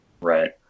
right